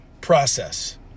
process